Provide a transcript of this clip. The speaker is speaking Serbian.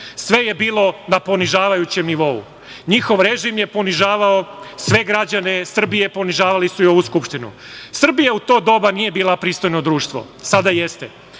sve je bilo na ponižavajućem nivou. Njihov režim je ponižavao sve građane Srbije, ponižavali su i ovu Skupštinu. Srbija u to doba nije bila pristojno društvo. Sada jeste.